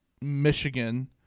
Michigan